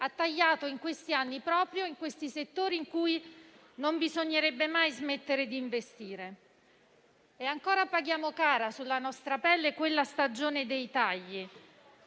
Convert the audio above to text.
ha tagliato in questi anni proprio in questi settori in cui non bisognerebbe mai smettere di investire. Ancora paghiamo cara sulla nostra pelle quella stagione di tagli